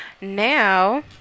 now